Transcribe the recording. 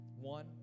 One